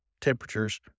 temperatures